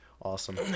Awesome